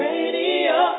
Radio